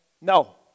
No